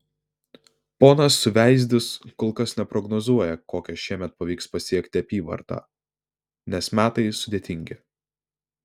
ponas suveizdis kol kas neprognozuoja kokią šiemet pavyks pasiekti apyvartą nes metai sudėtingi